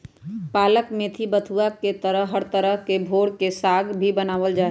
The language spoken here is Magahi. पालक मेथी बथुआ के तरह भोर के साग भी बनावल जाहई